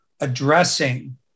addressing